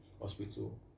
hospital